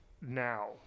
now